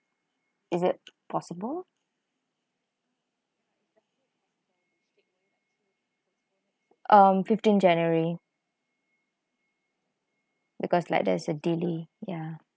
is it possible um fifteen january because like there's a daily ya